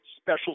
special